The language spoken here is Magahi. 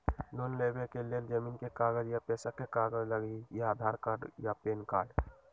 लोन लेवेके लेल जमीन के कागज या पेशा के कागज लगहई या आधार कार्ड या पेन कार्ड?